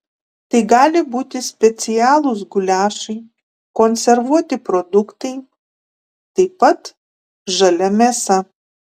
tai gali būti specialūs guliašai konservuoti produktai taip pat žalia mėsa